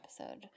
episode